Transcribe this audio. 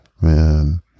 man